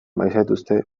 bazaituzte